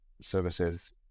services